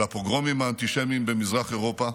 אל הפוגרומים האנטישמיים במזרח אירופה